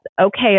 okay